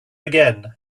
again